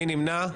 מי נמנע?